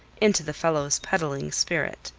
into the fellow's peddling spirit.